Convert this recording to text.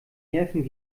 nerven